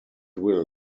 will